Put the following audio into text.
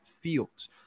Fields